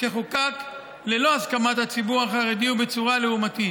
שחוקק ללא הסכמת הציבור החרדי ובצורה לעומתית.